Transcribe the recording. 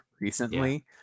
recently